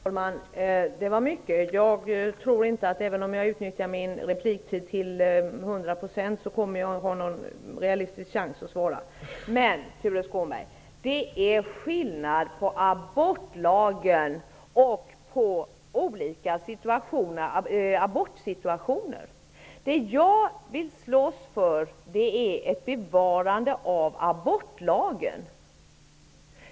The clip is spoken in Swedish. Herr talman! Detta var mycket. Jag tror inte att jag, även om jag utnyttjar min repliktid, till hundra procent kommer att ha en realistisk chans att svara på frågorna. Men, Tuve Skånberg, det är skillnad på abortlagen och på olika abortsituationer. Det jag vill slåss för är ett bevarande av abortlagen.